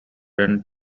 and